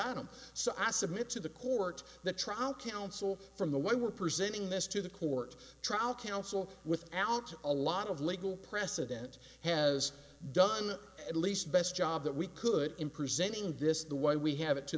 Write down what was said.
on them so i submit to the court the trial counsel from the way we're presenting this to the court trial counsel without a lot of legal precedent has done at least best job that we could in presenting this the way we have it to